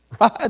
Right